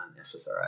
SSRI